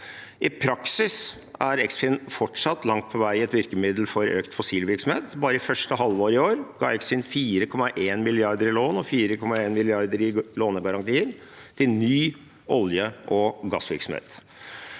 I praksis er Eksfin fortsatt langt på vei et virkemiddel for økt fossil virksomhet. Bare i første halvår i år ga Eksfin 4,1 mrd. kr i lån og garantier til ny olje- og gassvirksomhet.